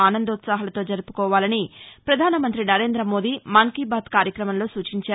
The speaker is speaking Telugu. ఆనందోత్సాహాలతో జరుపుకోవాలని పధాన మంతి నరేంద మోదీ మన్ కీ బాత్ కార్యక్రమంలో సూచించారు